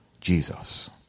Jesus